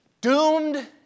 doomed